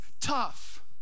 tough